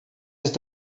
ist